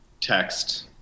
text